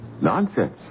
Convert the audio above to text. Nonsense